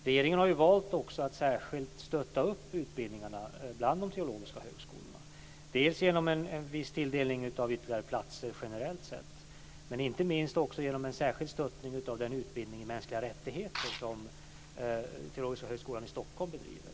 Regeringen har också valt att särskilt stötta utbildningarna bland de teologiska högskolorna, genom en viss tilldelning av ytterligare platser generellt sett men inte minst genom en särskild stöttning av den utbildning i mänskliga rättigheter som den teologiska högskolan i Stockholm bedriver.